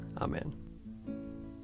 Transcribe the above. Amen